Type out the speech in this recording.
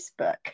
Facebook